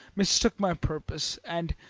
mistook my purpose, and,